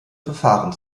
verfahren